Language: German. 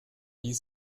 die